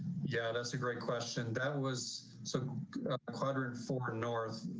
yeah, that's a great question. that was so quadrant for north,